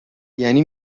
یعنی